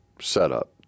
setup